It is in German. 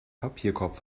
papierkorb